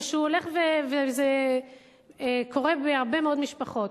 שהולך וקורה בהרבה מאוד משפחות.